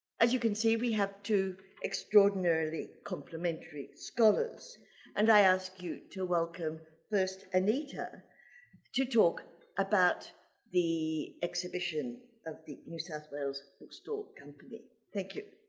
as you can see, we have two extraordinarily complementary scholars and i ask you to welcome first anita to talk about the exhibition of the new south wales bookstore company. thank you.